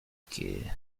que